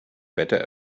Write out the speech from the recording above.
better